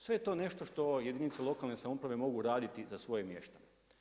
Sve je to nešto što jedinice lokalne samouprave mogu raditi za svoje mještane.